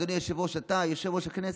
אדוני היושב-ראש: אתה יושב-ראש הכנסת.